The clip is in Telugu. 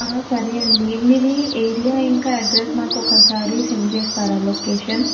సరే అండి మీది ఏరియా ఇంకా అడ్రస్ మాకు ఒకసారి సెండ్ చేస్తారా లొకేషన్